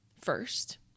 first